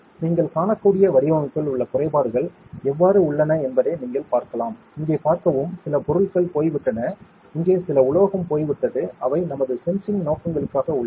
எனவே நீங்கள் காணக்கூடிய வடிவமைப்பில் உள்ள குறைபாடுகள் எவ்வாறு உள்ளன என்பதை நீங்கள் பார்க்கலாம் இங்கே பார்க்கவும் சில பொருள்கள் போய்விட்டன இங்கே சில உலோகம் போய்விட்டது அவை நமது சென்சிங் நோக்கங்களுக்காக உள்ளன